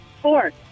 four